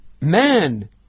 man